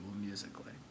musically